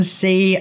see –